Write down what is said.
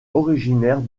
originaire